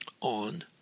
on